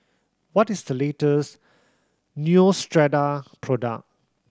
what is the latest Neostrata product